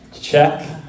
Check